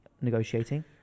negotiating